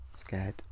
scared